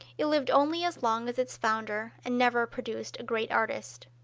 it lived only as long as its founder and never produced a great artist.